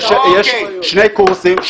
יש שני קורסים,